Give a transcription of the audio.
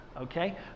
okay